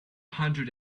hundred